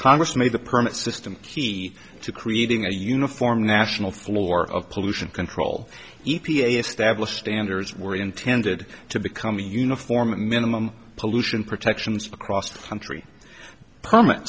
congress made the permit system key to creating a uniform national floor of pollution control e p a established standards were intended to become a uniform and minimum pollution protections across the country perm